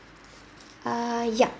uh ya